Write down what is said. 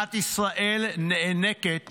מדינת ישראל נאנקת